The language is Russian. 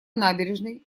набережной